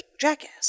jackass